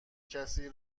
کسی